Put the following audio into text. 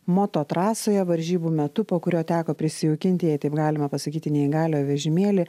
moto trasoje varžybų metu po kurio teko prisijaukinti jei taip galima pasakyti neįgaliojo vežimėlį